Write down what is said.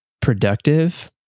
productive